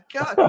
God